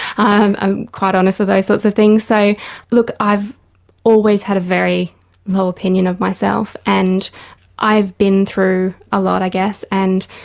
i'm i'm quite honest with those sorts of things so look i've always had a very low opinion of myself and i've been through a lot i guess and